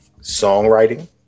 songwriting